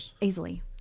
Easily